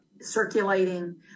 circulating